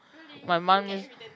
my mum is